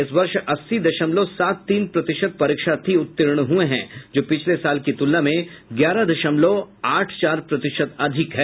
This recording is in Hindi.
इस वर्ष अस्सी दशमलव सात तीन प्रतिशत परीक्षार्थी उत्तीर्ण हुये हैं जो पिछले साल की तुलना में ग्यारह दशमलव आठ चार प्रतिशत अधिक है